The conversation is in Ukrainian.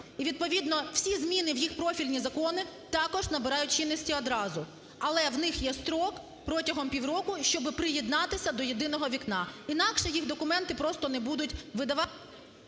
і відповідно всі зміни в їх профільні закони також набирають чинності одразу, але у них є строк протягом півроку, щоб приєднатися до "єдиного вікна". Інакше їх документи просто не будуть…